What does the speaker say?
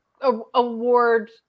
award